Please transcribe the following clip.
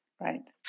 Right